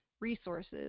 resources